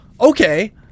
Okay